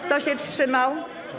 Kto się wstrzymał?